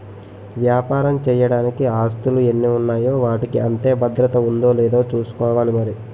వ్యాపారం చెయ్యడానికి ఆస్తులు ఎన్ని ఉన్నాయో వాటికి అంతే భద్రత ఉందో లేదో చూసుకోవాలి మరి